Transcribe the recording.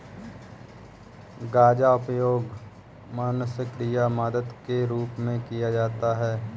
गांजा उपयोग मनोसक्रिय मादक के रूप में किया जाता है